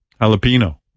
Jalapeno